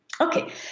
Okay